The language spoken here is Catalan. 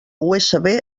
usb